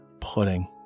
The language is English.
pudding